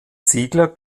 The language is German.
ziegler